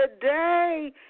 today